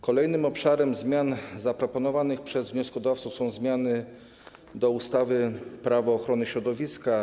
Kolejnym obszarem zmian zaproponowanych przez wnioskodawców są zmiany do ustawy - Prawo ochrony środowiska.